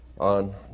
on